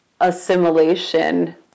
assimilation